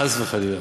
חס וחלילה.